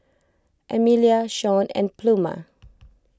Emelia Shaun and Pluma